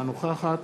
אינה נוכחת